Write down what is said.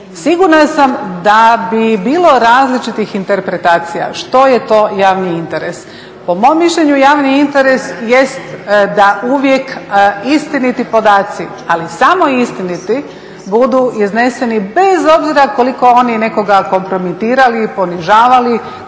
Sigurna sam da bi bilo različitih interpretacija, što je to javni interes. Po mom mišljenju javni interes jest da uvijek istiniti podaci, ali samo istiniti budu izneseni bez obzira koliko oni nekoga kompromitirali ili ponižavali,